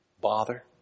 bother